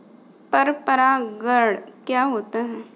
पर परागण क्या होता है?